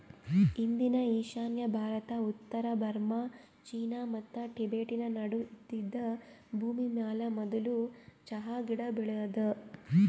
ಇಂದಿನ ಈಶಾನ್ಯ ಭಾರತ, ಉತ್ತರ ಬರ್ಮಾ, ಚೀನಾ ಮತ್ತ ಟಿಬೆಟನ್ ನಡು ಇದ್ದಿದ್ ಭೂಮಿಮ್ಯಾಲ ಮದುಲ್ ಚಹಾ ಗಿಡ ಬೆಳದಾದ